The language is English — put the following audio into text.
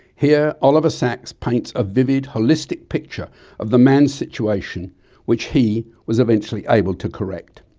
here oliver sacks paints a vivid, holistic picture of the man's situation which he was eventually able to correct.